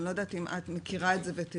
אני לא יודעת אם את מכירה את זה ותדעי,